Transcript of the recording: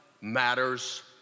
matters